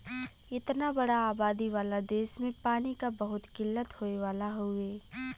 इतना बड़ा आबादी वाला देस में पानी क बहुत किल्लत होए वाला हउवे